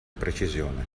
precisione